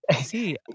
see